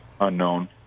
unknown